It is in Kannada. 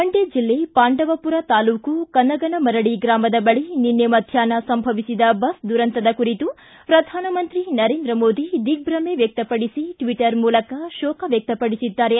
ಮಂಡ್ಯ ಜಿಲ್ಲೆ ಪಾಂಡವಪುರ ತಾಲೂಕು ಕನಗನಮರಡಿ ಗ್ರಾಮದ ಬಳಿ ನಿನ್ನೆ ಮಧ್ಯಾಷ್ನ ಸಂಭವಿಸಿದ ಬಸ್ ದುರಂತದ ಕುರಿತು ಪ್ರಧಾನಮಂತ್ರಿ ನರೇಂದ್ರ ಮೋದಿ ದಿಗ್ದಮ ವ್ಯಕ್ತಪಡಿಸಿ ಟ್ವೀಟ್ರ ಮೂಲಕ ಶೋಕ ವ್ಯಕಪಡಿಸಿದ್ದಾರೆ